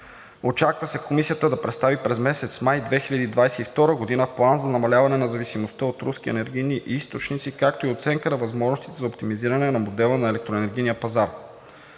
Очаква се Комисията да представи през месец май 2022 г. план за намаляване на зависимостта от руски енергийни източници, както и оценка на възможностите за оптимизиране на модела на електроенергийния пазар.